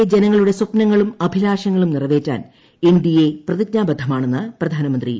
രാജ്യത്തെ ജനങ്ങളുടെ സ്വപ്നങ്ങളും അഭിലാഷങ്ങളും നിറവേറ്റാൻ പ്രതിജ്ഞാബദ്ധമാണെന്ന് പ്രധാനമന്ത്രി എൻ